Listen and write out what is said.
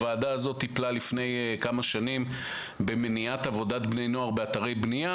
הוועדה הזו טיפלה לפני כמה שנים במניעת עבודת בני נוער באתרי בנייה,